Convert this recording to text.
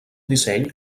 disseny